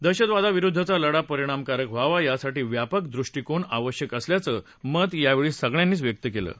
दहशतवादा विरुद्धचा लढा परिणामकारक व्हावा यासाठी व्यापक दृष्टीकोन आवश्यक असल्याचं मत यावेळी व्यक्त करण्यात आलं